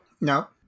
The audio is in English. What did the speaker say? No